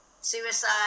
suicide